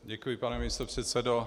Děkuji, pane místopředsedo.